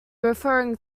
referring